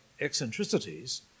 eccentricities